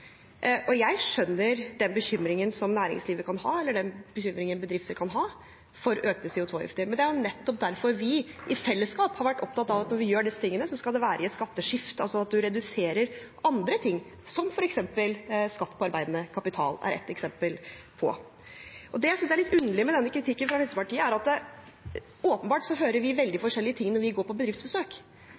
Jeg skjønner den bekymringen som næringslivet kan ha, eller den bekymringen bedrifter kan ha, for økte CO 2 -avgifter, men det er nettopp derfor vi i fellesskap har vært opptatt av at når vi gjør disse tingene, skal det være i et skatteskift, altså at en reduserer andre ting, noe som skatt på arbeidende kapital er ett eksempel på. Det jeg synes er litt underlig med denne kritikken fra Fremskrittspartiet, er at vi åpenbart hører veldig forskjellige ting når vi går på bedriftsbesøk.